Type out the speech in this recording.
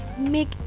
make